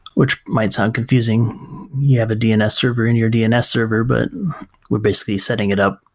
which might sound confusing. you have a dns server in your dns server, but we're basically setting it up,